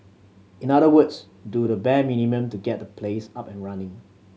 in other words do the bare minimum to get the place up and running